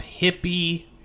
hippie